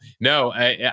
No